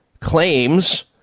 claims